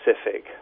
specific